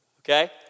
Okay